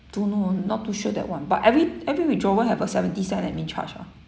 don't know oh not too sure that one but every every withdrawal have a seventy cent admin charge ah